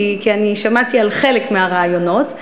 כי אני שמעתי על חלק מהרעיונות.